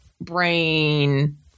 brain